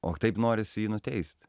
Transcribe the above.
o taip norisi jį nuteist